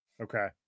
Okay